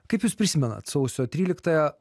kaip jūs prisimenat sausio tryliktąją